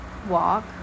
walk